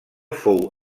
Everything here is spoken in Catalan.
fou